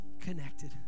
connected